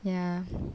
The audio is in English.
ya